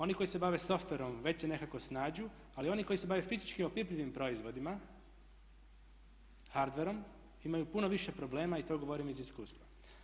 Oni koji se bave softwareom već se nekako snađu, ali oni koji se bave fizički opipljivim proizvodima hardwareom imaju puno više problema i to govorim iz iskustva.